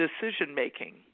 decision-making